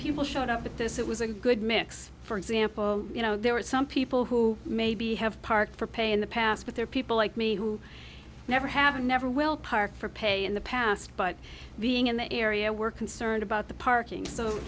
showed up at this it was a good mix for example you know there were some people who maybe have parked for pay in the past but there are people like me who never have never will park for pay in the past but being in the area we're concerned about the parking so